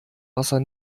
wasser